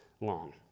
long